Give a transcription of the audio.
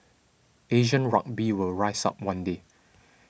Asian rugby would rise up one day